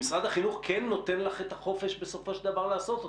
שמשרד החינוך כן נותן לך את החופש בסופו של דבר לעשות אותה.